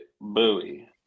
buoy